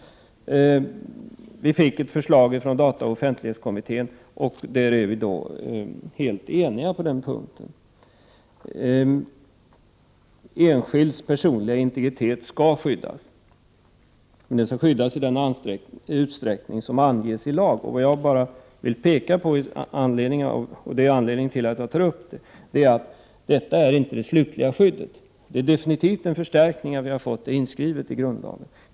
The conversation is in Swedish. Det kom ett förslag från dataoch offentlighetskommittén, och om det förslaget var vi ense. Den enskildes personliga integritet skall skyddas i den utsträckning som anges i lag. Anledningen till att jag tar upp denna sak är att jag vill säga att detta inte är det slutliga skyddet. Men det som skrivs in i grundlagen är definitivt en förstärkning av skyddet.